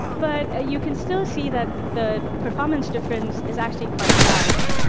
but ah you can still see that the performance difference is actually quite large.